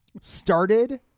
started